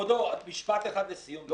כבודו, משפט אחד לסיום, ברשותך.